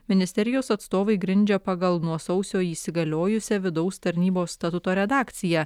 ministerijos atstovai grindžia pagal nuo sausio įsigaliojusią vidaus tarnybos statuto redakciją